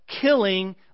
Killing